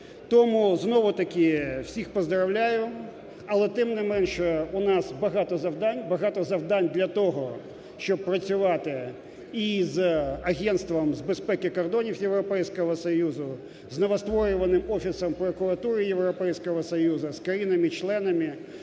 Тому знову-таки всіх поздоровляю, але, тим не менше, у нас багато завдань, багато завдань для того, щоб працювати і з Агентством з безпеки кордонів Європейського Союзу, з новостворюваним Офісом прокуратури Європейського Союзу, з країнами-членами